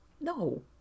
No